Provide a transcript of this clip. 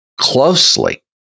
closely